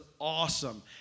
awesome